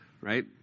right